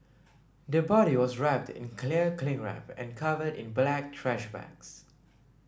the body was wrapped in clear cling wrap and covered in black trash bags